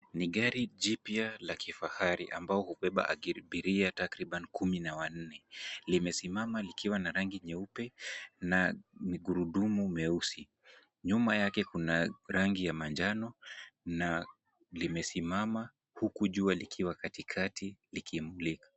Ni gari jipya la kifahari ambao hubeba abiria taktriban kumi na wanne imesimama ikiwa na rangi nyeupe na magurudumu meusi. Nyuma yake kuna rangi ya manjano na limesimama huku jua likiwa katikati likimulika.